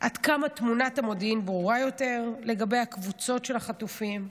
עד כמה תמונת המודיעין ברורה יותר לגבי הקבוצות של החטופים?